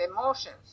emotions